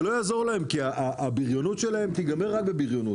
זה לא יעזור להם כי הבריונות שלהם תיגמר רק בבריונות.